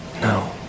No